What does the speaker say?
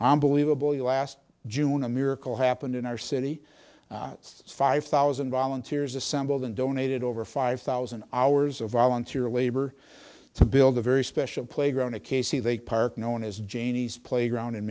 i'm believably last june a miracle happened in our city it's five thousand violin tears assembled and donated over five thousand hours of volunteer labor to build a very special playground a k c they park known as janie's playground in